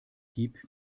gib